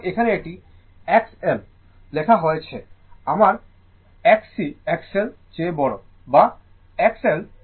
সুতরাং এখানে এটি XL XL লেখা হয়েছে আপনার Xc XL চেয়ে বড় বা XL চেয়ে Xc কম